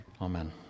amen